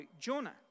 Jonah